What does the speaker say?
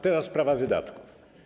Teraz sprawa wydatków.